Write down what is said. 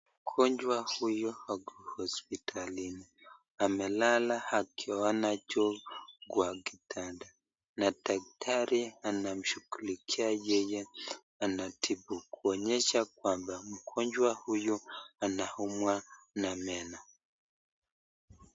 Mgonjwa huyu ako hospitalini, amelala akiona juu kwa kitanda na daktari anamshughulikia yeye anatibu. Kuonyesha kwamba mgonjwa huyu anaumwa na meno.